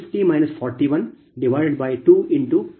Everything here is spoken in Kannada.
1530 MW